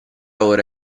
ora